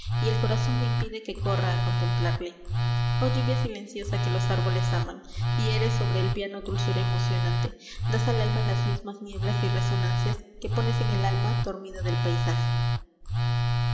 el corazón me impide que corra a contemplarle oh lluvia silenciosa que los árboles aman y eres sobre el piano dulzura emocionante das al alma las mismas nieblas y resonancias que pones en el alma dormida del paisaje